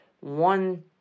one